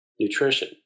nutrition